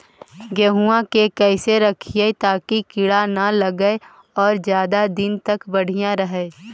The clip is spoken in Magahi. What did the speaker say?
गेहुआ के कैसे रखिये ताकी कीड़ा न लगै और ज्यादा दिन तक बढ़िया रहै?